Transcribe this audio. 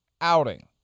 outing